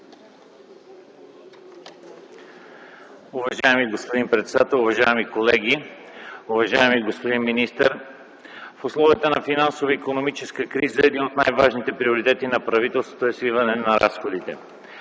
Уважаеми господин председател, уважаеми колеги! Уважаеми господин министър, в условията на финансово-икономическа криза един от най-важните приоритети на правителството е свиване на разходите.